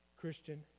Christian